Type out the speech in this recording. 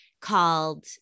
called